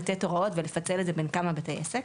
לתת הוראות ולפצל את זה בין כמה בתי עסק.